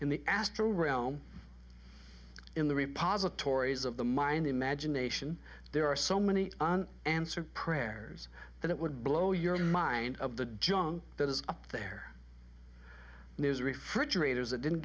in the astral realm in the repositories of the mind imagination there are so many answer prayers that it would blow your mind of the junk that is up there news refrigerators that didn't